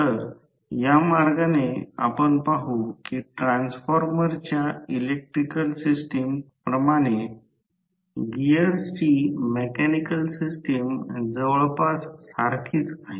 तर या मार्गाने आपण पाहू की ट्रान्सफॉर्मर्सच्या इलेक्ट्रिकल सिस्टम प्रमाणे गिअर्सची मेकॅनिकल सिस्टम जवळपास सारखीच आहे